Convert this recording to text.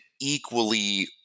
equally